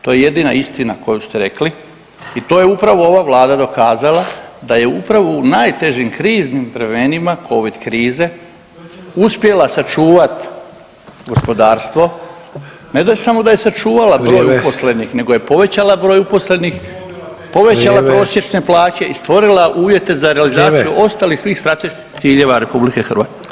To je jedina istina koju ste rekli i to je upravo ova Vlada dokazala da je upravo u najtežim kriznim vremenima Covid krize uspjela sačuvat gospodarstvo, ne da je samo da je sačuvala broj uposlenih [[Upadica: Vrijeme.]] nego je poveća broj uposlenih, povećala prosječne [[Upadica: Vrijeme.]] i stvorila uvjete za realizaciju [[Upadica: Vrijeme.]] ostalih svih strateških ciljeva RH.